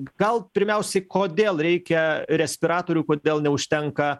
gal pirmiausiai kodėl reikia respiratorių kodėl neužtenka